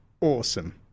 awesome